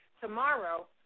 tomorrow